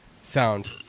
sound